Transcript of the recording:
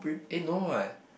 eh no what